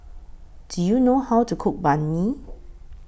Do YOU know How to Cook Banh MI